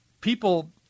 people